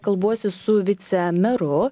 kalbuosi su vicemeru